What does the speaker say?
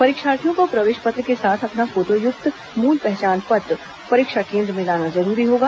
परीक्षार्थियों को प्रवेश पत्र के साथ अपना फोटोयुक्त मूल पहचान पत्र परीक्षा केन्द्र में लाना जरूरी होगा